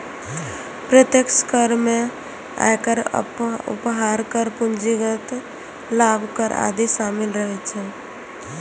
प्रत्यक्ष कर मे आयकर, उपहार कर, पूंजीगत लाभ कर आदि शामिल रहै छै